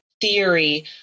theory